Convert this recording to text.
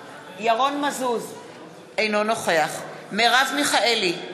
אינו נוכח מרב מיכאלי,